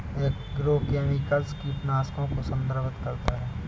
agrochemicals कीटनाशकों को संदर्भित करता है